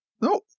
No